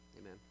amen